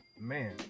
Man